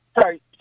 sorry